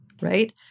right